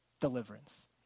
Deliverance